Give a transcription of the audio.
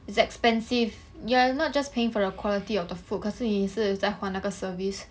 it's expensive you're not just paying for the quality of the food 可是你也是在还那个 service